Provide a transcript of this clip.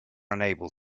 unable